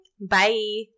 bye